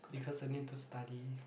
because I need to study